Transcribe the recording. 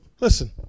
Listen